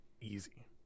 Easy